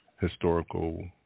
historical